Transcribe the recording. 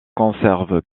conserve